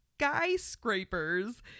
skyscrapers